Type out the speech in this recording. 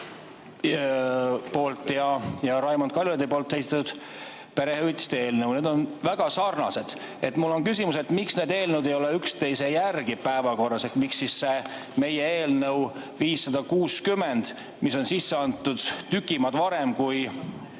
ja Raimond Kaljulaidi esitatud perehüvitiste eelnõu. Need on väga sarnased. Mul on küsimus, et miks need eelnõud ei ole üksteise järel päevakorras ehk miks see meie eelnõu 560, mis on sisse antud tüki maad varem kui